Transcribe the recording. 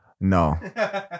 No